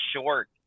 short